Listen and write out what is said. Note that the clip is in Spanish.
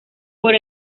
por